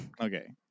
Okay